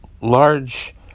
large